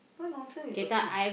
what nonsense you talking